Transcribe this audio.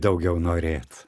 daugiau norėt